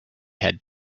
had